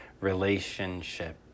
relationship